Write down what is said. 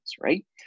right